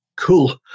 cool